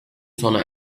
sona